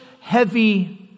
heavy